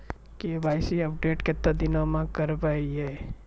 KYC update केतना दिन मे करेबे यो?